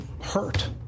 hurt